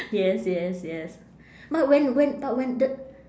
yes yes yes but when when but when the